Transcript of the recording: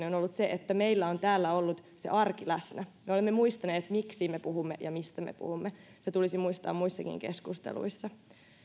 on ollut se että meillä on täällä ollut se arki läsnä me olemme muistaneet miksi me puhumme ja mistä me puhumme se tulisi muistaa muissakin keskusteluissa